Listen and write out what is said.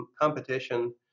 competition